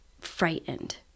frightened